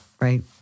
right